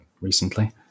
recently